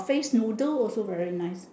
face noodle also very nice